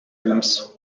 rooms